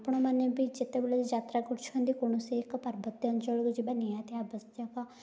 ଆପଣମାନେ ବି ଯେତେବେଳେ ଯାତ୍ରା କରୁଛନ୍ତି କୌଣସି ଏକ ପାର୍ବତ୍ୟାଞ୍ଚଳକୁ ଯିବା ନିହାତି ଆବଶ୍ୟକ